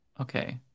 okay